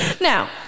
Now